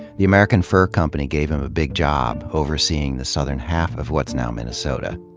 the american fur company gave him a big job overseeing the southern half of what's now minnesota.